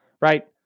right